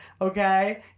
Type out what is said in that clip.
okay